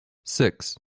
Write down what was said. six